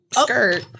skirt